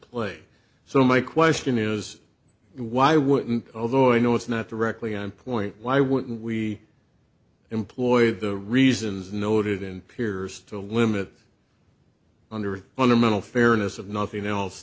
play so my question is why wouldn't although i know it's not directly on point why wouldn't we employ the reasons noted in peers to limit under fundamental fairness of nothing else